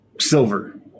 silver